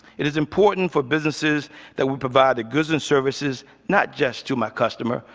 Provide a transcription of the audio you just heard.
it is important for businesses that we provide the goods and services not just to my customer,